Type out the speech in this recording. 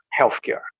healthcare